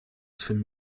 swym